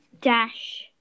dash